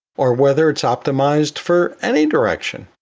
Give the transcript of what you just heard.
or whether it's optimized for any direction.